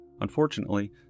Unfortunately